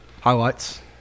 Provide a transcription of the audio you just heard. highlights